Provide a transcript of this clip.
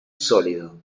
sólido